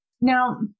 Now